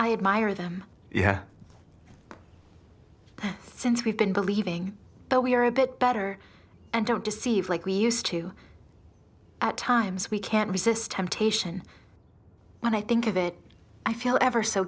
i admire them yeah since we've been believing though we are a bit better and don't deceive like we used to at times we can't resist temptation when i think of it i feel ever so